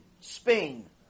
Spain